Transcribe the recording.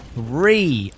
three